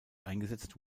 eingesetzt